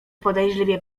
podejrzliwie